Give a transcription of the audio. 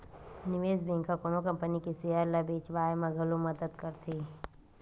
निवेस बेंक ह कोनो कंपनी के सेयर ल बेचवाय म घलो मदद करथे